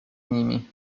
nimi